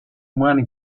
umani